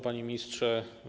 Panie Ministrze!